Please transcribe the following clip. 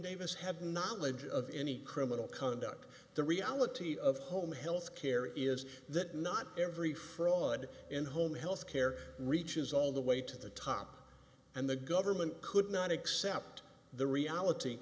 davis had knowledge of any criminal conduct the reality of home health care is that not every fraud in home health care reaches all the way to the top and the government could not accept the reality